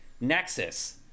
Nexus